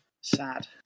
sad